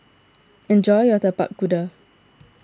enjoy your Tapak Kuda